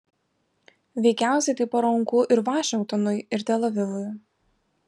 veikiausiai tai paranku ir vašingtonui ir tel avivui